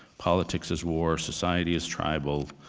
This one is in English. politics is war, society is tribal,